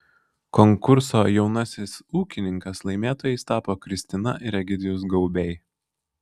konkurso jaunasis ūkininkas laimėtojais tapo kristina ir egidijus gaubiai